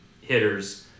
hitters